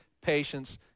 patience